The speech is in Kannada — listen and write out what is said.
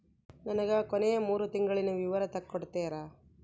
ನನಗ ಕೊನೆಯ ಮೂರು ತಿಂಗಳಿನ ವಿವರ ತಕ್ಕೊಡ್ತೇರಾ?